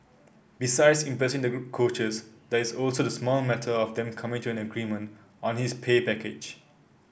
besides impressing the coaches there is also the small matter of them coming to an agreement on his pay package